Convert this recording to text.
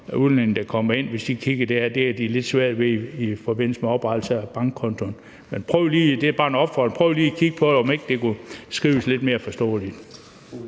udlændinge, der kommer ind, og som, hvis de kigger i det her, kan få lidt svært ved det i forbindelse med oprettelse af en bankkonto. Men det er bare en opfordring: Prøv lige at kigge på, om ikke det kunne skrives lidt mere forståeligt.